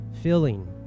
filling